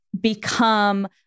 become